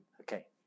Okay